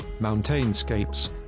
mountainscapes